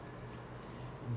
!huh! by who